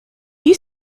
you